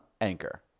anchor